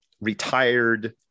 retired